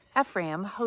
Ephraim